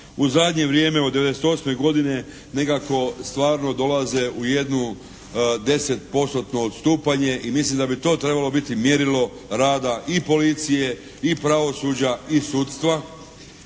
u zadnje vrijeme od '98. godine nekako stvarno dolaze u jednu 10 postotno odstupanje i mislim da bi to trebalo biti mjerilo rada i policije i pravosuđa i sudstva